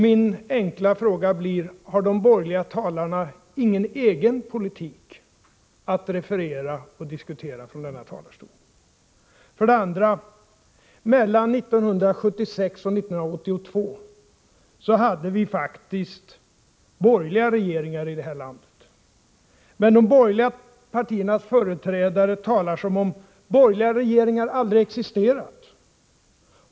Min enkla fråga blir: Har de borgerliga talarna ingen egen politik att referera och diskutera från denna talarstol? För det andra hade vi mellan åren 1976 och 1982 faktiskt borgerliga regeringar i detta land. Men de borgerliga partiernas företrädare talar som om borgerliga regeringar aldrig existerat.